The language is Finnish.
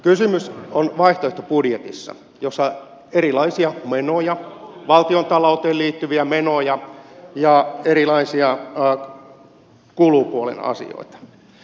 kysymys on vaihtoehtobudjetista jossa on erilaisia menoja valtiontalouteen liittyviä menoja ja erilaisia kulupuolen asioita